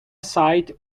site